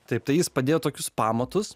taip tai jis padėjo tokius pamatus